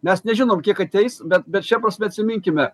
mes nežinom kiek ateis bet bet šia prasme atsiminkime